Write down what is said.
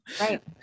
Right